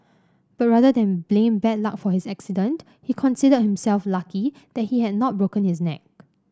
but rather than blame bad luck for his accident he considered himself lucky that he had not broken his neck